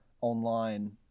online